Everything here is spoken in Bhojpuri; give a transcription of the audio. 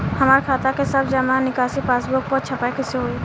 हमार खाता के सब जमा निकासी पासबुक पर छपाई कैसे होई?